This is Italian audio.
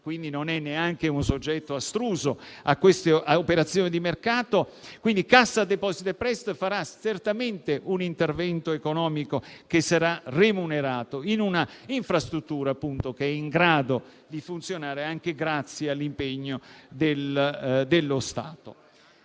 quindi non è neanche un soggetto astruso a queste operazioni di mercato) farà certamente un intervento economico che sarà remunerato in un'infrastruttura in grado di funzionare anche grazie all'impegno dello Stato.